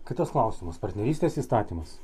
kitas klausimas partnerystės įstatymas